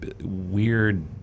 weird